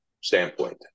standpoint